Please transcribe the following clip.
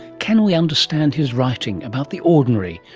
can we understand his writing about the ordinary,